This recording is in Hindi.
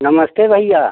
नमस्ते भैया